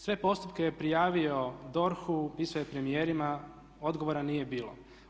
Sve postupke je prijavio DORH-u, pisao je premijerima, odgovora nije bilo.